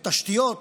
בתשתיות,